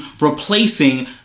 replacing